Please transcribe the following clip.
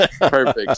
Perfect